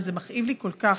וזה מכאיב לי כל כך.